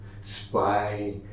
spy